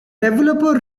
developer